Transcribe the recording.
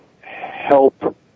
help